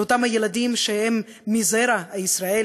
של אותם ילדים שהם מזרע ישראל,